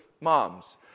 moms